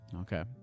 Okay